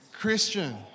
Christian